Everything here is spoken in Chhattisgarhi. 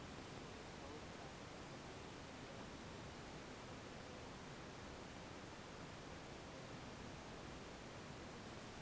पउर साल पहाटिया के छेरी ह घलौ अइसने करत रहिस त डॉक्टर ह निमोनिया होगे हे कहे रहिस